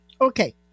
Okay